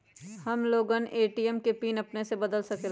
हम लोगन ए.टी.एम के पिन अपने से बदल सकेला?